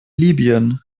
libyen